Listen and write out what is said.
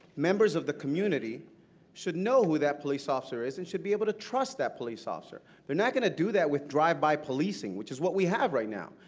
members of the community should know who that police officer is and should be able to trust that police officer. they are not going to do that with drive-by policing, which is what we have right now.